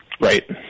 right